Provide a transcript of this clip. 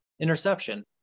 interception